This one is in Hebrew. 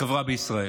בחברה בישראל,